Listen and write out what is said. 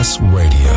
Radio